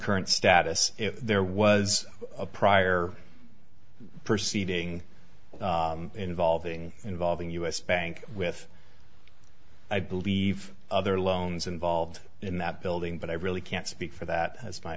current status there was a prior perceiving involving involving us bank with i believe other loans involved in that building but i really can't speak for that as